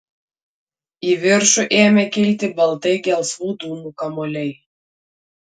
į viršų ėmė kilti baltai gelsvų dūmų kamuoliai